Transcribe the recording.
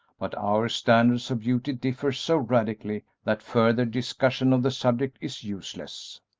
but our standards of beauty differ so radically that further discussion of the subject is useless.